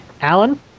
Alan